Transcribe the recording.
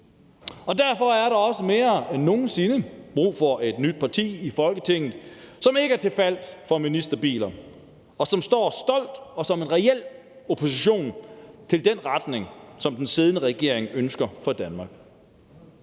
og derfor er der også mere end nogen sinde brug for et nyt parti i Folketinget, som ikke er til fals for ministerbiler, og som står som en stolt og reel opposition til den retning, som den siddende regering ønsker for Danmark.